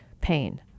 pain